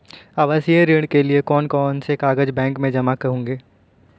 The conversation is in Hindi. आवासीय ऋण के लिए कौन कौन से कागज बैंक में जमा होंगे?